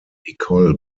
nicole